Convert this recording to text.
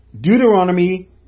Deuteronomy